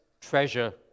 treasure